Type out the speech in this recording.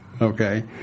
okay